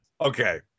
Okay